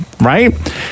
Right